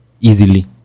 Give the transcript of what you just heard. easily